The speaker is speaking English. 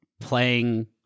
playing